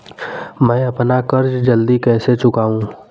मैं अपना कर्ज जल्दी कैसे चुकाऊं?